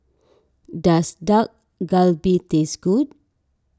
does Dak Galbi taste good